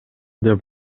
деп